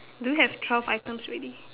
do you have twelve items already